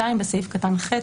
בסעיף קטן (ח),